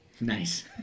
nice